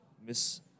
Miss